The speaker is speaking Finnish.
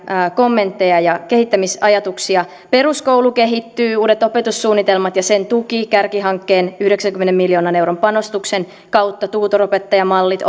kommentteja ja kehittämisajatuksia peruskoulu kehittyy uudet opetussuunnitelmat ja sen tuki kärkihankkeen yhdeksänkymmenen miljoonan euron panostuksen kautta tutor opettajamallit